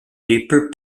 deeper